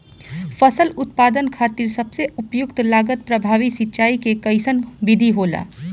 फसल उत्पादन खातिर सबसे उपयुक्त लागत प्रभावी सिंचाई के कइसन विधि होला?